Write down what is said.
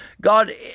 God